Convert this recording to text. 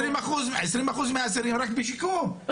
רק 20% מהאסירים הם בשיקום,